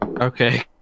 Okay